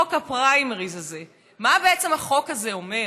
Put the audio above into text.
חוק הפריימריז, מה, בעצם, החוק הזה אומר?